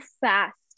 fast